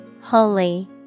Holy